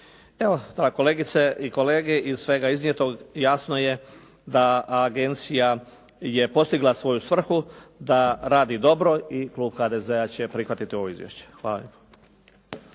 Evo, kolegice i kolege, iz svega iznijetog jasno je da agencija je postigla svoju svrhu, da radi dobro i klub HDZ-a će prihvatiti ovo izvješće. Hvala